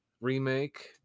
remake